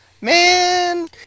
man